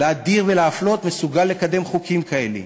להדיר ולהפלות, מסוגל לקדם חוקים כאלה.